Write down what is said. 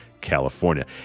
California